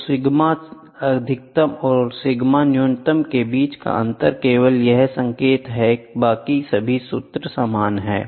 तो सिग्मा अधिकतम और सिग्मा न्यूनतम के बीच का अंतर केवल यह संकेत है बाकी सभी सूत्र समान हैं